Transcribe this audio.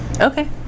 okay